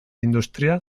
industria